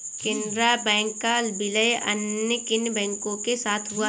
Canara bank का विलय अन्य किन बैंक के साथ हुआ है?